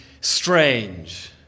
strange